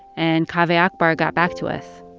and kaveh akbar got back to us